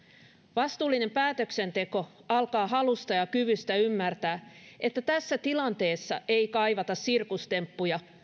vastuullinen päätöksenteko alkaa halusta ja kyvystä ymmärtää että tässä tilanteessa ei kaivata sirkustemppuja